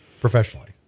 professionally